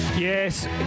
Yes